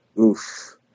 Oof